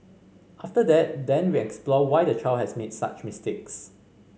after that then we explore why the child has made such mistakes